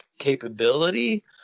Capability